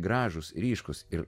gražūs ryškūs ir